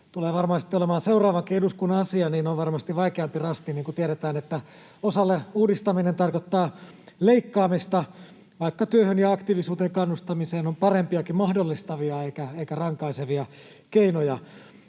tulee varmaan sitten olemaan seuraavankin eduskunnan asia, on varmasti vaikeampi rasti. Niin kuin tiedetään, osalle uudistaminen tarkoittaa leikkaamista, vaikka työhön ja aktiivisuuteen kannustamiseen on parempiakin, mahdollistavia eikä rankaisevia, keinoja.